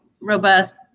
robust